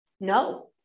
no